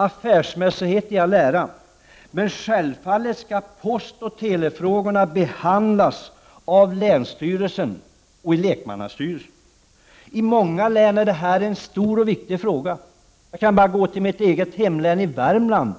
Affärsmässighet i all ära, men självfallet skall postoch telefrågorna behandlas av länsstyrelsen och i lekmannastyrelsen. I många län är det här en stor och viktig fråga. Jag kan bara gå till mitt hemlän Värmland,